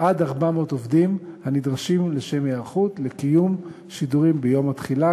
עד 400 עובדים הנדרשים לשם היערכות לקיום שידורים ביום התחילה,